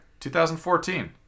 2014